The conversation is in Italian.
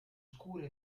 scura